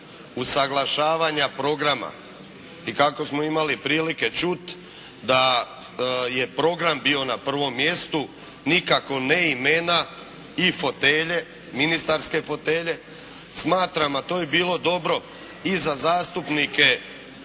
usaglašavanja programa i kako smo imali prilike čuti, da je program bio na prvom mjestu, nikako ne imena i fotelje, ministarske fotelje. Smatram, a to bi bilo dobro i za zastupnike